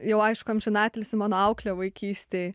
jau aišku amžinatilsį mano auklė vaikystėj